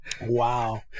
Wow